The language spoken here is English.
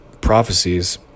prophecies